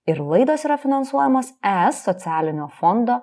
ir laidos yra finansuojamos es socialinio fondo